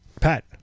Pat